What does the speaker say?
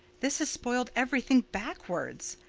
this has spoiled everything backwards.